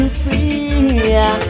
free